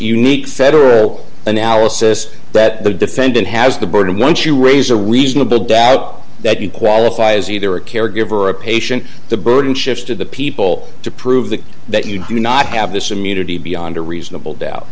unique federal analysis that the defendant has the burden once you raise a reasonable doubt that you qualify as either a caregiver a patient the burden shifts to the people to prove that that you do not have this immunity beyond a reasonable doubt